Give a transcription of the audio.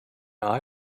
eye